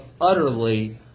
utterly